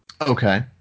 Okay